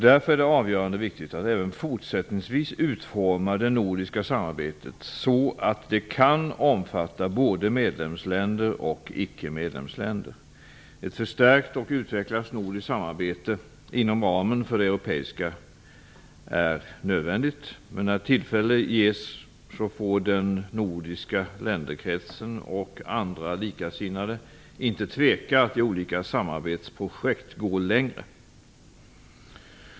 Därför är det viktigt att även fortsättningsvis utforma det nordiska samarbetet så att det kan omfatta både medlemsländer och icke medlemsländer. Ett förstärkt och utvecklat nordiskt samarbete inom ramen för det europeiska är nödvändigt. Men när tillfälle ges får den nordiska länderkretsen och andra likasinnade inte tveka att i olika samarbetsprojekt gå längre.